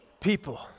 people